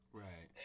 right